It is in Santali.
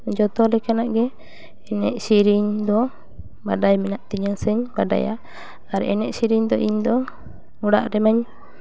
ᱡᱚᱛᱚ ᱞᱮᱠᱟᱱᱟᱜ ᱜᱮ ᱮᱱᱮᱡ ᱥᱮᱨᱮᱧ ᱫᱚ ᱵᱟᱰᱟᱭ ᱢᱮᱱᱟᱜ ᱛᱤᱧᱟᱹ ᱥᱮᱧ ᱵᱟᱰᱟᱭᱟ ᱟᱨ ᱮᱱᱮᱡ ᱥᱤᱨᱤᱧ ᱫᱚ ᱤᱧ ᱫᱚ ᱚᱲᱟᱜ ᱨᱮᱢᱟᱧ